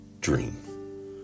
dream